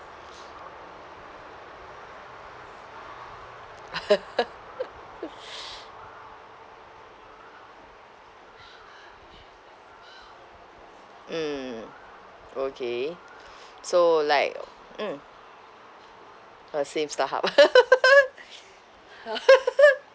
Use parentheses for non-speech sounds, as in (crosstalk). (laughs) mm okay so like mm uh same starhub (laughs)